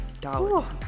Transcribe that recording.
dollars